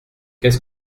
qu’est